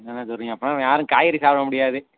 என்னண்ண சொல்றிங்க அப்படினா நம்ம யாரும் காய்கறி சாப்பிட முடியாது